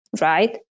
right